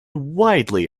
widely